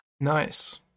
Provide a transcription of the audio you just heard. Nice